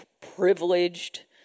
privileged